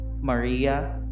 Maria